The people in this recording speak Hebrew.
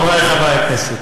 חברי חברי הכנסת,